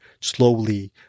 slowly